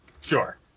Sure